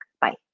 Bye